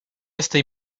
estoy